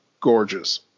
gorgeous